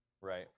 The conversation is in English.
Right